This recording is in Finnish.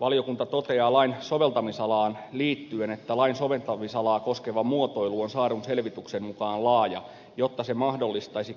valiokunta toteaa lain soveltamisalaan liittyen että lain soveltamisalaa koskeva muotoilu on saadun selvityksen mukaan laaja jotta se mahdollistaisi